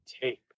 Tape